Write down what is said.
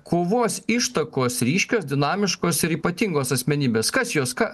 kovos ištakos ryškios dinamiškos ir ypatingos asmenybės kas jos ką